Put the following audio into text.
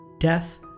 Death